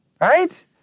Right